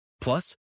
Plus